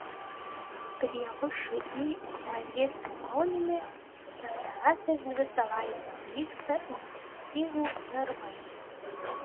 prie všį ukmergės ligoninė pastarąsias dvi savaites vyksta intensyvūs darbai